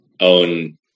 own